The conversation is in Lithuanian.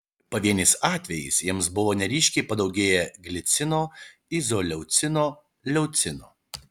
pavieniais atvejais jiems buvo neryškiai padaugėję glicino izoleucino leucino